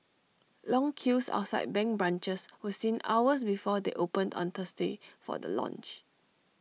long queues outside bank branches were seen hours before they opened on Thursday for the launch